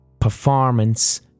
performance